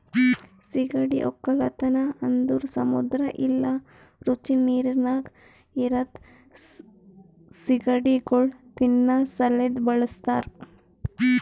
ಸೀಗಡಿ ಒಕ್ಕಲತನ ಅಂದುರ್ ಸಮುದ್ರ ಇಲ್ಲಾ ರುಚಿ ನೀರಿನಾಗ್ ಇರದ್ ಸೀಗಡಿಗೊಳ್ ತಿನ್ನಾ ಸಲೆಂದ್ ಬಳಸ್ತಾರ್